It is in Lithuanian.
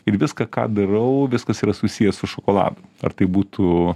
ir viską ką darau viskas yra susiję su šokoladu ar tai būtų